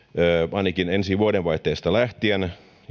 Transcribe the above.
ainakin ensi vuodenvaihteesta lähtien